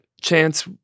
Chance